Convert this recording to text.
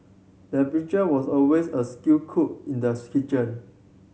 the butcher was always a skilled cook in the's kitchen